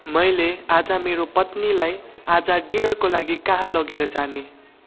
मैले आज मेरी पत्नीलाई आज डिनरका लागि कहाँ लगेर जाने